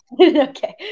Okay